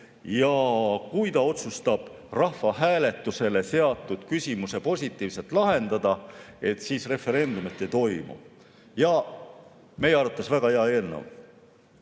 ja kui ta otsustab rahvahääletusele seatud küsimuse positiivselt lahendada, siis referendumit ei toimu. Meie arvates väga hea eelnõu.